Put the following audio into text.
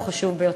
הוא חשוב ביותר.